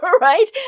Right